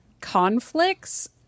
conflicts